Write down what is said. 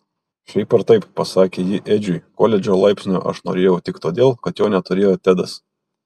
šiaip ar taip pasakė ji edžiui koledžo laipsnio aš norėjau tik todėl kad jo neturėjo tedas